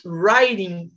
writing